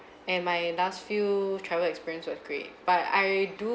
and my last few travel experience was great but I do